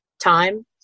time